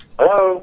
Hello